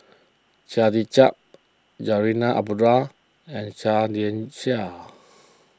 Chia Tee Chiak Zarinah Abdullah and Seah Liang Seah